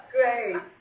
Great